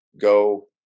go